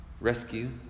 rescue